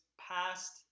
past